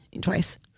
Twice